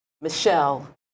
Michelle